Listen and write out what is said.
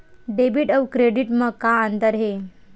Debit अउ credit म का अंतर हे?